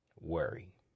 worry